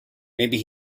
maybe